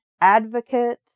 advocate